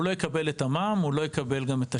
הוא לא יקבל את המע"מ ואת ה-6%.